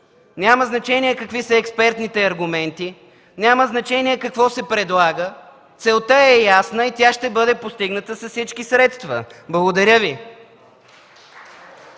Няма значение какви са експертните аргументи, няма значение какво се предлага – целта е ясна и тя ще бъде постигната с всички средства! Благодаря Ви.